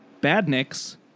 Badniks